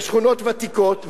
בשכונות ותיקות,